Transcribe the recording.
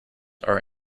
are